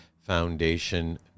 foundation